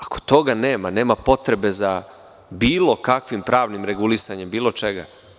Ako toga nema, nema potrebe za bilo kakvim pravnim regulisanjem bilo čega.